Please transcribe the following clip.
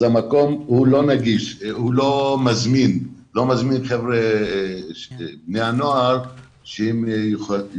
המקום הוא לא מזמין את בני הנוער שיגיעו